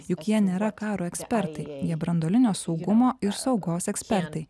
juk jie nėra karo ekspertai jie branduolinio saugumo ir saugos ekspertai